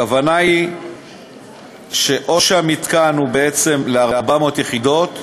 הכוונה היא או שהמתקן הוא בעצם ל-400 יחידות,